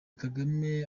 kagame